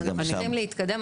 אנחנו צריכים להתקדם.